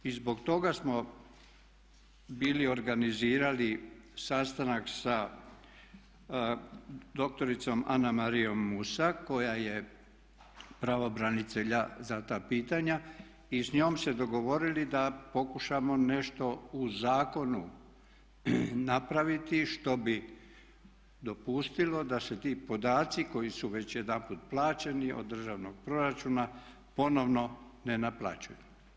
I zbog toga smo bili organizirali sastanak sa doktoricom Ana Marijom Musa koja je pravobraniteljica za ta pitanja i s njom se dogovorili da pokušamo nešto u zakonu napraviti što bi dopustilo da se ti podaci koji su već jedanput plaćeni od državnog proračuna ponovno ne naplaćuju.